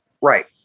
Right